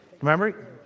Remember